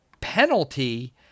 penalty